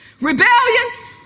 Rebellion